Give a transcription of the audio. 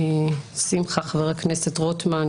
חבר הכנסת שמחה רוטמן,